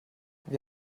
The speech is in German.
wir